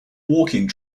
walking